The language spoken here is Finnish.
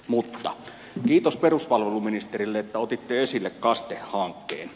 kiitos peruspalveluministerille että otitte esille kaste hankkeen